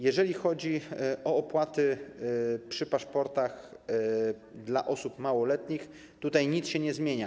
Jeżeli chodzi o opłaty przy paszportach dla osób małoletnich, nic się nie zmienia.